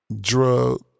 drug